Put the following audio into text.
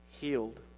healed